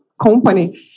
company